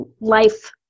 life